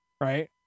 right